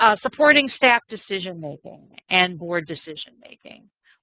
ah supporting staff decision making and board decision making.